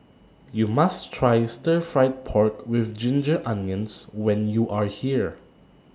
YOU must Try Stir Fried Pork with Ginger Onions when YOU Are here